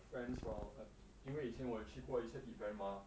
friends from err 因为以前我有去过一些 events mah